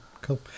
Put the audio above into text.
Cool